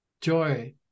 joy